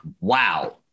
wow